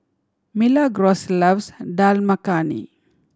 Milagros loves Dal Makhani